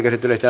asia